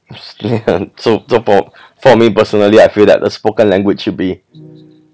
so so for for me personally I feel that a spoken language should be